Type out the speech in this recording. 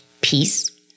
peace